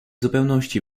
zupełności